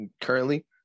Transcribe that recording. currently